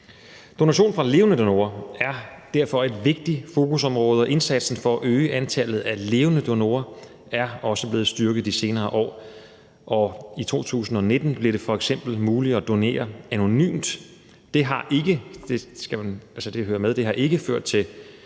Donation fra levende donorer er derfor et vigtigt fokusområde, og indsatsen for at øge antallet af levende donorer er også blevet styrket i de senere år, og i 2019 blev det f.eks. muligt at donere anonymt. Det har – det hører